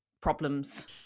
problems